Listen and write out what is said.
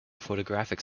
photographic